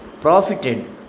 profited